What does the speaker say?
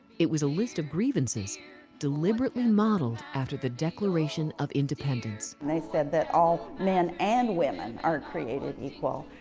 it was a list of grievances deliberately and modeled after the declaration of independence. they said that all men and women are created equal,